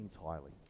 entirely